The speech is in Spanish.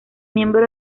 miembro